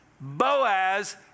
Boaz